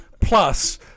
plus